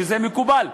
וזה מקובל,